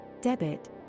debit